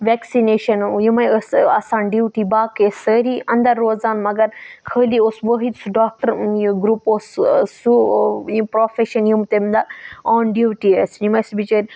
vaccination یِمَے ٲسۍ آسان ڈیوٹی باقٕے ٲسۍ سٲری اَنٛدَر روزان مگر خٲلی اوس وٲحِد سُہ ڈاکٹَر یہِ گرُپ اوس سُہ یِم پرٛوفیٚشَن یِم تمہِ دۄہ آن ڈیوٹی ٲسۍ یِم ٲسۍ بِچٲرۍ